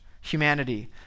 humanity